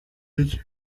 mfite